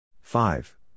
Five